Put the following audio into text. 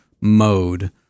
mode